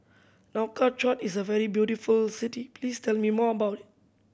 Nouakchott is a very beautiful city please tell me more about it